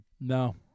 No